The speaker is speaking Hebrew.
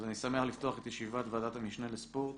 אז אני שמח לפתוח את ישיבת ועדת המשנה לספורט